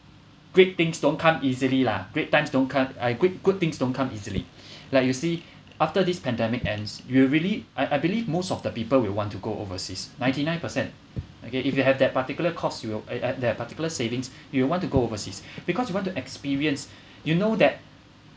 great things don't come easily lah great times don't come I goo~ good things don't come easily like you see after this pandemic ends you really I I believe most of the people will want to go overseas ninety nine percent okay if you have that particular cost you will at that particular savings you'll want to go overseas because you want to experience you know that